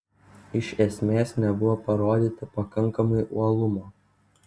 iš esmės nebuvo parodyta pakankamai uolumo